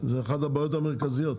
זאת אחת הבעיות המרכזיות.